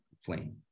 flame